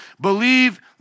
believe